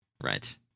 Right